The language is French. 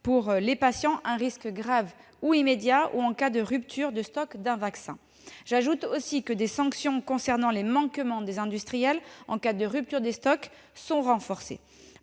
pour les patients un risque grave ou immédiat, ou en cas de rupture de stock d'un vaccin. J'ajoute que les sanctions concernant les manquements des industriels en cas de rupture de stock sont renforcées.